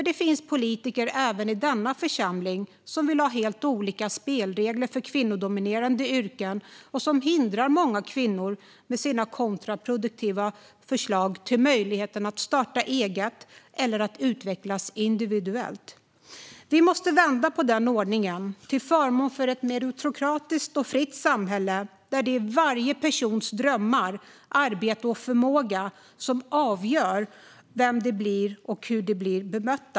Det finns även i denna församling politiker som vill ha helt olika spelregler för kvinnodominerade yrken och som hindrar många kvinnor med sina kontraproduktiva förslag när det gäller möjligheten att starta eget eller att utvecklas individuellt. Vi måste vända på den ordningen, till förmån för ett meritokratiskt och fritt samhälle där det är varje persons drömmar, arbete och förmågor som avgör vem du är och hur du blir bemött.